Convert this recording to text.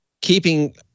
keeping